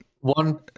One